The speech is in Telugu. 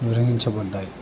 నిర్వహించబడినాయి